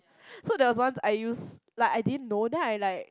so there was once I use like I didn't know then I like